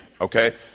okay